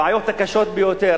הבעיות הקשות ביותר,